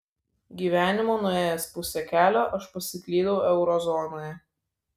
gyvenimo nuėjęs pusę kelio aš pasiklydau eurozonoje